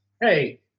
hey